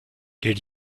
did